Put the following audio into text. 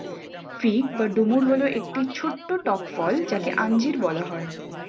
fig বা ডুমুর হল একটি ছোট্ট টক ফল যাকে আঞ্জির বলা হয়